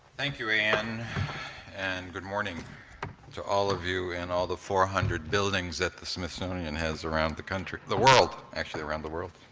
thank you, anne. and good morning to all of you in all the four hundred buildings that the smithsonian has around the country, the world, actually around the world.